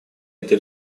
это